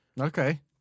Okay